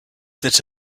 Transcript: that